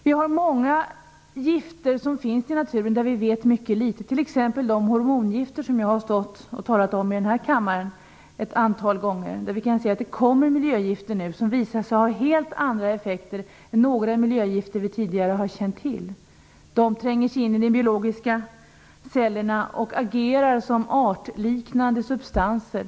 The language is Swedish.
Det finns många gifter ute i naturen, om vilka vi vet mycket litet, t.ex. hormongifter, som jag har talat om här i kammaren ett antal gånger. Det kommer nu miljögifter som visar sig ha helt andra effekter än dem som vi tidigare har känt till. De tränger sig in i de biologiska cellerna och agerar som artliknande substanser.